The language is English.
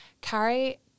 Carrie